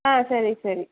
ஆ சரி சரி